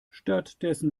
stattdessen